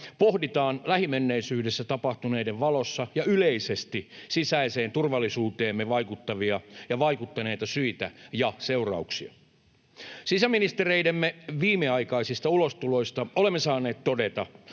pohditaan lähimenneisyydessä tapahtuneiden valossa ja yleisesti sisäiseen turvallisuuteemme vaikuttavia ja vaikuttaneita syitä ja seurauksia. Sisäministereidemme viimeaikaisista ulostuloista olemme saaneet todeta,